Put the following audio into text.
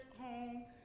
home